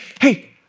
hey